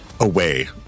away